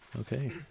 Okay